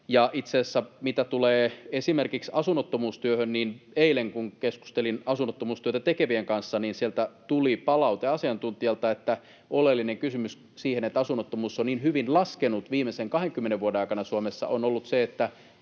Itse asiassa mitä tulee esimerkiksi asunnottomuustyöhön, niin eilen keskustelin asunnottomuustyötä tekevien kanssa ja sieltä tuli palaute asiantuntijalta, että oleellinen kysymys siihen, että asunnottomuus on niin hyvin laskenut viimeisen 20 vuoden aikana Suomessa, on ollut se, että